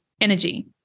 energy